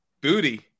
Booty